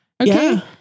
Okay